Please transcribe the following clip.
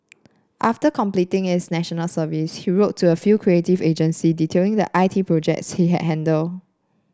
after completing his National Service he wrote to a few creative agencies detailing the I T projects he had handled